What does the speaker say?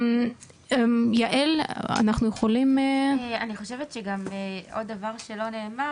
יעל אנחנו יכולים -- אני חושבת שגם עוד דבר שלא נאמר,